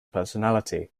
personality